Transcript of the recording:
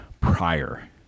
prior